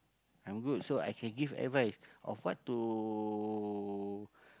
I'm good so I can give advice of what to